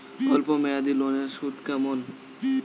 অল্প মেয়াদি লোনের সুদ কেমন?